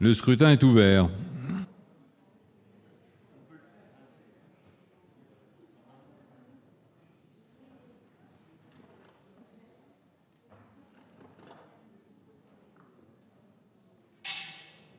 Le scrutin est ouvert.